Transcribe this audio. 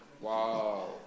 Wow